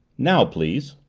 now, please.